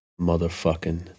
motherfucking